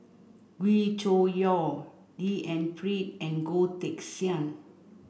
Wee Cho Yaw D N Pritt and Goh Teck Sian